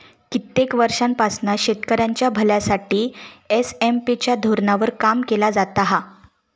कित्येक वर्षांपासना शेतकऱ्यांच्या भल्यासाठी एस.एम.पी च्या धोरणावर काम केला जाता हा